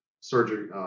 surgery